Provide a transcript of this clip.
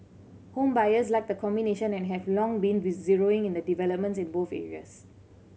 home buyers like the combination and have long been zeroing in the developments in both areas